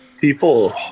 people